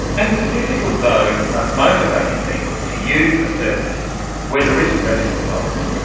and is it difficult though motivating people to use a service where there isn't revenue involved?